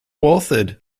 authored